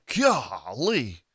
golly